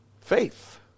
Faith